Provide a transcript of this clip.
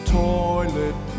toilet